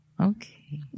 Okay